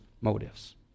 motives